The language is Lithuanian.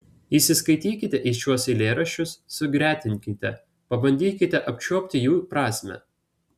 įsiskaitykite į šiuos eilėraščius sugretinkite pabandykite apčiuopti jų prasmę